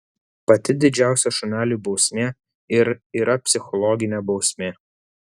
pati didžiausia šuneliui bausmė ir yra psichologinė bausmė